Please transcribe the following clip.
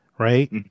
Right